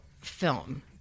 film